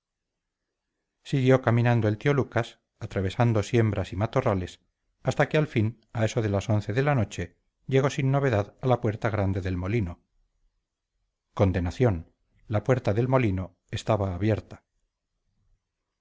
siguió caminando el tío lucas atravesando siembras y matorrales hasta que al fin a eso de las once de la noche llegó sin novedad a la puerta grande del molino condenación la puerta del molino estaba abierta